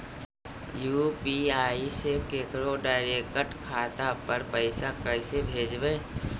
UPI से केकरो direct खाता पर पैसा कैसे भेजबै?